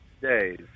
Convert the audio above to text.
days